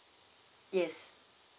yes